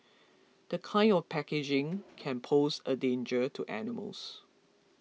the kind of packaging can pose a danger to animals